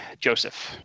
Joseph